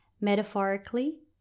metaphorically